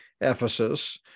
Ephesus